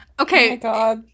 Okay